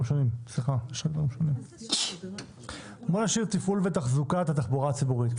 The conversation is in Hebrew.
בואו נשאיר תפעול ותחזוקת התחבורה הציבורית,